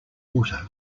water